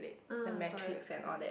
uh correct correct